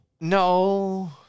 No